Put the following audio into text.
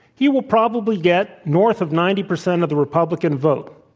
he will probably get north of ninety percent of the republican vote.